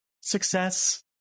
success